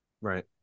right